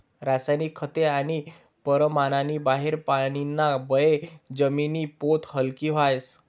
रासायनिक खते आणि परमाननी बाहेर पानीना बये जमिनी पोत हालकी व्हस